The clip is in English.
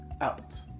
Out